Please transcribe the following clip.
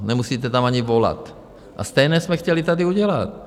Nemusíte tam ani volat, a stejné jsme chtěli tady udělat.